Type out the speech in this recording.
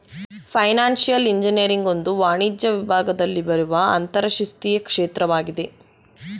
financial engineering ಒಂದು ವಾಣಿಜ್ಯ ವಿಭಾಗದಲ್ಲಿ ಬರುವ ಅಂತರಶಿಸ್ತೀಯ ಕ್ಷೇತ್ರವಾಗಿದೆ